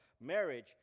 marriage